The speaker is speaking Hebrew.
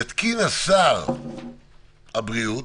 יתקין שר הבריאות